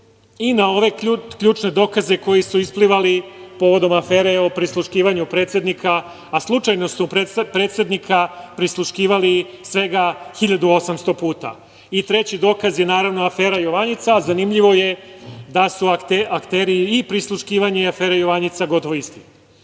i na ove ključne dokaze koji su isplivali povodom afere o prisluškivanju predsednika, a slučajno su predsednika prisluškivali svega 1.800 puta. Treći dokaz je, naravno, afera „Jovanjica“. Zanimljivo je da su akteri i prisluškivanje i afere „Jovanjica“ gotovo